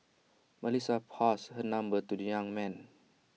Melissa passed her number to the young man